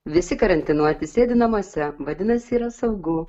visi karantinuoti sėdi namuose vadinasi yra saugu